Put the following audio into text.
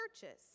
churches